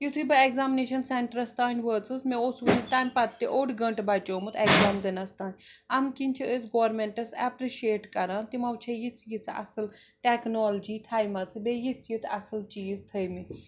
یُتھُے بہٕ examination centres تانۍ وٲژٕس مےٚ اوس وُنہِ تَمہِ پتہٕ تہِ اوٚڈ گنٛٹہٕ بچیٛومُت ایٚکزام دِنَس تانۍ اَمہِ کِنۍ چھِ أسۍ گورمِنٹس ایٚپرِشیٚٹ کران تِمو چھےٚ یِژھ یِژھ اَصٕل ٹیکنالوجی تھٔومٕژ بیٚیہِ یِژھ یِژھ اَصٕل چیٖز تھٲومٕتۍ